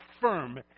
firm